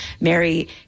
Mary